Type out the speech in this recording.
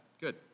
Good